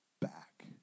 back